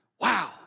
wow